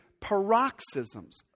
paroxysms